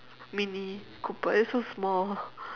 mini cooper it's so small